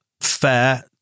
fair